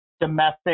domestic